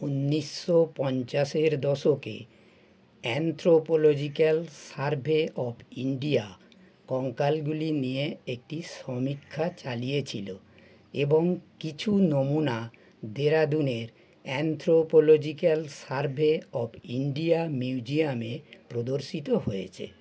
উন্নিশশো পঞ্চাশের দশকে অ্যানথ্রোপোলজিক্যাল সার্ভে অফ ইন্ডিয়া কঙ্কালগুলি নিয়ে একটি সমীক্ষা চালিয়েছিল এবং কিছু নমুনা দেরাদুনের অ্যানথ্রোপোলজিক্যাল সার্ভে অফ ইন্ডিয়া মিউজিয়ামে প্রদর্শিত হয়েছে